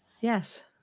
Yes